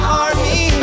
army